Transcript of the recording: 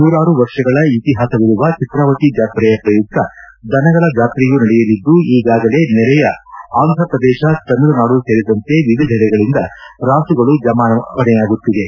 ನೂರಾರು ವರ್ಷಗಳ ಇತಿಹಾಸವಿರುವ ಚಿತ್ರಾವತಿ ಜಾತ್ರೆಯ ಪ್ರಯುಕ್ತ ದನಗಳ ಜಾತ್ರೆಯೂ ನಡೆಯಲಿದ್ದು ಈಗಾಗಲೇ ನೆರೆಯ ಆಂಧ್ರಪ್ರದೇಶ ತಮಿಳುನಾಡು ಸೇರಿದಂತೆ ವಿವಿಧೆಡೆಗಳಿಂದ ರಾಸುಗಳು ಜಮಾವಣೆಯಾಗುತ್ತಿವೆ